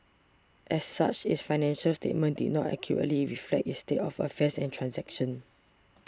as such its financial statements did not accurately reflect its state of affairs and transactions